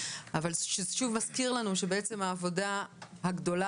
אבל זה שוב מזכיר לנו שהעבודה הגדולה